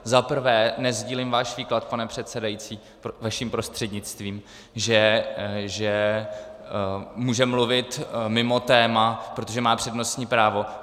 Za prvé nesdílím váš výklad, pane předsedající, vaším prostřednictvím, že může mluvit mimo téma, protože má přednostní právo.